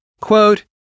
Quote